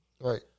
Right